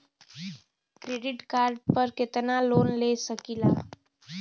Credit card पर कितनालोन ले सकीला?